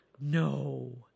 No